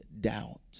doubt